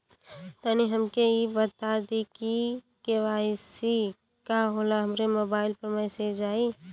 तनि हमके इ बता दीं की के.वाइ.सी का होला हमरे मोबाइल पर मैसेज आई?